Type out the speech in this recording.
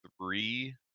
three